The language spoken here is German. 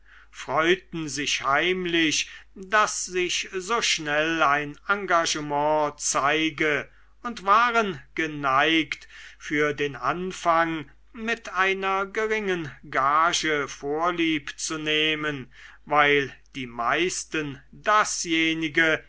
freuten sich heimlich daß sich so schnell ein engagement zeige und waren geneigt für den anfang mit einer geringen gage vorlieb zu nehmen weil die meisten dasjenige